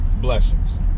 blessings